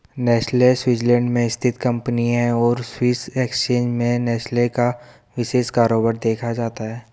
Nestle Switzerland में स्थित company है और स्विस एक्सचेंज में नेस्ले का विशेष कारोबार देखा जाता है